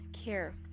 care